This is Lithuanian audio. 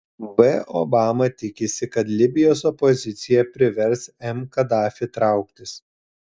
b obama tikisi kad libijos opozicija privers m kadafį trauktis